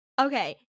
Okay